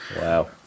Wow